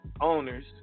owners